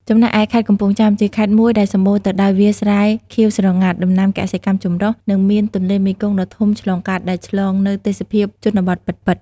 ចំណែកឯ ខេត្តកំពង់ចាម ជាខេត្តមួយដែលសម្បូរទៅដោយវាលស្រែខៀវស្រងាត់ ដំណាំកសិកម្មចម្រុះ និងមានទន្លេមេគង្គដ៏ធំឆ្លងកាត់ ដែលផ្តល់នូវទេសភាពជនបទពិតៗ។